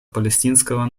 палестинского